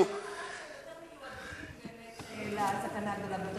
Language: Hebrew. יש מקומות שהם יותר מועדים לסכנה הגדולה ביותר,